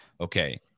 okay